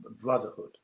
brotherhood